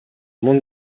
monde